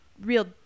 real